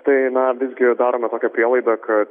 tai na visgi darome tokią prielaidą kad